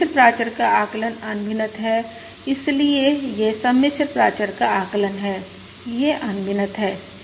सम्मिश्र प्राचर का आकलन अनभिनत है इसलिए यह सम्मिश्र प्राचर का आकलन है यह अनभिनत है